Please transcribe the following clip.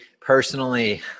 personally